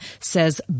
says